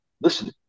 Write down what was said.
listen